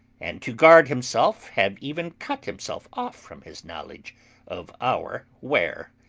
and to guard himself have even cut himself off from his knowledge of our where.